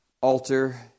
alter